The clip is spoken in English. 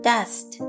Dust